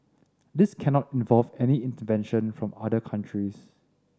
this cannot involve any intervention from other countries